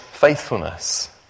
faithfulness